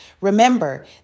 Remember